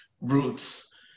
roots